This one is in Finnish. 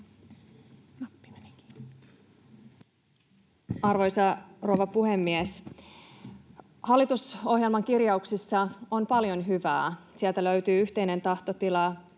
Arvoisa rouva puhemies! Hallitusohjelman kirjauksissa on paljon hyvää. Sieltä löytyy yhteinen tahtotila